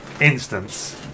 instance